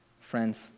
Friends